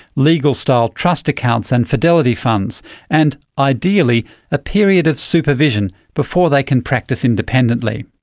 legal style trust accounts and fidelity funds and ideally a period of supervision before they can practice independently.